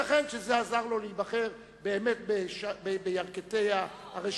ייתכן שזה עזר לו להיבחר בירכתי הרשימה,